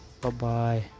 Bye-bye